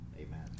amen